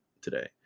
today